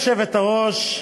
גברתי היושבת-ראש,